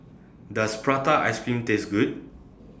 Does Prata Ice Cream Taste Good